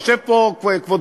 יושב פה כבודו,